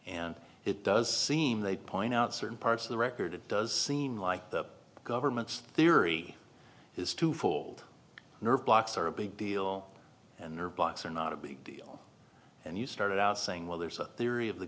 and it does seem they point out certain parts of the record it does seem like the government's theory is twofold nerve blocks are a big deal and nerve blocks are not a big deal and you started out saying well there's a theory of the